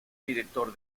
director